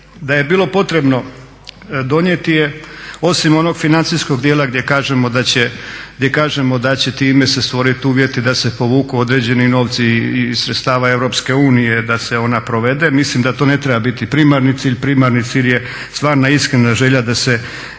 Da je bilo potrebno donijeti je, osim onog financijskog dijela gdje kažemo da će time se stvoriti uvjeti da se povuku određeni novci iz sredstava Europske unije da se ona provede. Mislim da to ne treba biti primarni cilj. Primarni cilj je stvarna i iskrena želja da se